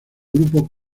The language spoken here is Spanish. grupo